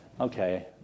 okay